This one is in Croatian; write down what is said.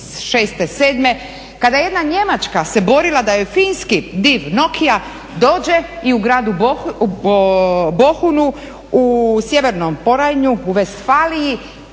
6., 7., kada jedna Njemačka se borila da joj Finski div Nokia dođe i ugradi u Bohunu u sjevernom Porajnju u …, dala